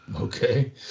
Okay